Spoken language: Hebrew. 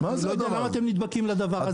אני לא יודע למה אתם נדבקים לדבר הזה,